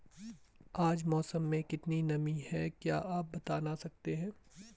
आज मौसम में कितनी नमी है क्या आप बताना सकते हैं?